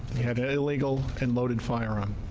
had a legal and loaded firearm.